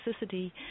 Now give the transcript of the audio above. toxicity